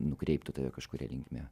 nukreiptų tave kažkuria linkme